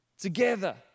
together